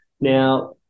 Now